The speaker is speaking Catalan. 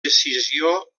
decisió